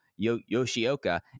Yoshioka